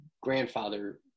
grandfather